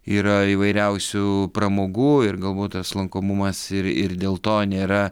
yra įvairiausių pramogų ir galbūt tas lankomumas ir ir dėl to nėra